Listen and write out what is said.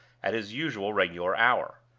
at his usual regular hour.